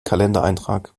kalendereintrag